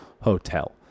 hotel